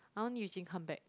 I want Eugene come back